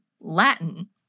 Latin